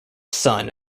son